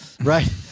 Right